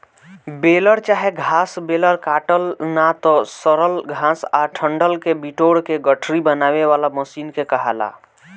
baler चाहे घास baler काटल ना त सड़ल घास आ डंठल के बिटोर के गठरी बनावे वाला मशीन के कहाला